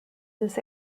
this